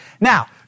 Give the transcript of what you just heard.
Now